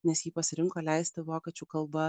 nes jį pasirinko leisti vokiečių kalba